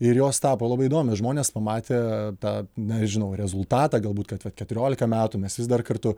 ir jos tapo labai įdomios žmonės pamatė tą nežinau rezultatą galbūt kad vat keturiolika metų mes vis dar kartu